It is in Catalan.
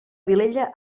vilella